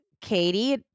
Katie